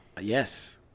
Yes